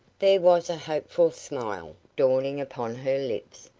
there was a hopeful smile dawning upon her lips,